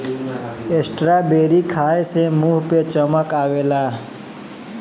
strawberry खाए से मुंह पे चमक आवेला